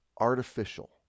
artificial